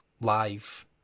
live